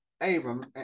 Abram